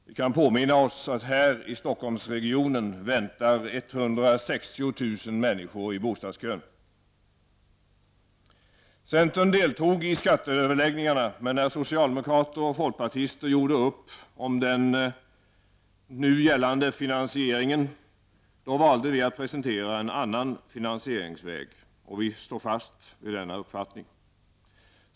Vi kan påminna oss att i Stockholmsregionen väntar 160 000 människor i bostadskön. Centern deltog i skatteöverläggningarna, men när socialdemokrater och folkpartister gjorde upp om den nu gällande finansieringen valde vi att presentera en annan finansieringsväg. Vi står fast vid vårt förslag.